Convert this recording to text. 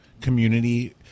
community